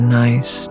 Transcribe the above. nice